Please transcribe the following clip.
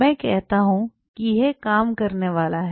मैं कहता हूं कि यह काम करने वाला है